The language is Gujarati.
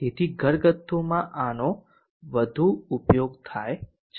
તેથી ઘરગથ્થુંમાં આનો વધુ ઉપયોગ થાય છે